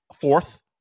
fourth